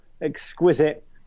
exquisite